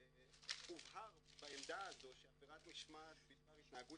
הובהר בעמדה הזו שעבירת משמעת בדבר התנהגות